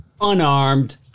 Unarmed